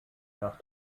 nach